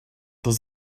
does